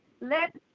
Let